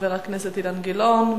חבר הכנסת אילן גילאון.